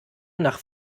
nach